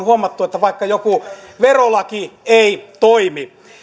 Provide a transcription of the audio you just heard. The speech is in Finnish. huomattu että vaikkapa joku verolaki ei toimi